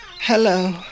hello